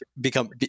become